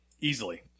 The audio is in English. Easily